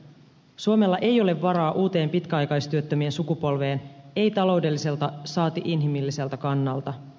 suomella ei ole varaa uuteen pitkäaikaistyöttömien sukupolveen ei taloudelliselta saati inhimilliseltä kannalta